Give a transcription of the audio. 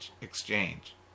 exchange